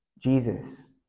Jesus